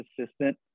assistant